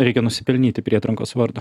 reikia nusipelnyti prietrankos vardo